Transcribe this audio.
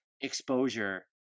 exposure